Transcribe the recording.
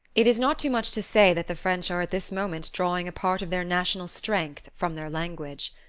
it is not too much to say that the french are at this moment drawing a part of their national strength from their language.